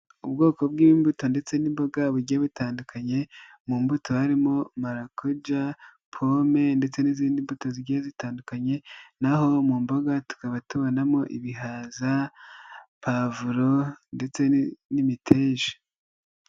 Ubwoko bw'imbuto ndetse n'imboga bugiye butandukanye, mu mbuto harimo marakuja, pome ndetse n'izindi mbuto zigiye zitandukanye, naho mu mboga tukaba tubonamo ibihaza, pavuro ndetse n'imitege.